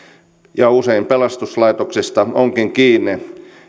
usein pelastuslaitoksesta onkin kiinni